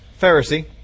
Pharisee